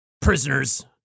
prisoners